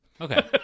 Okay